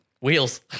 Wheels